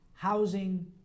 housing